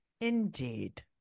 Indeed